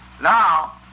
Now